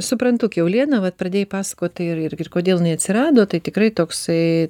suprantu kiauliena vat pradėjai pasakot tai ir ir kodėl jinai atsirado tai tikrai toksai